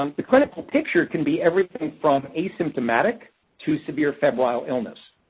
um the clinical picture can be everything from asymptomatic to severe febrile illness,